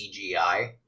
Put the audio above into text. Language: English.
CGI